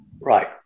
Right